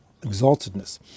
exaltedness